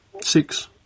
Six